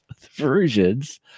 versions